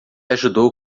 ajudou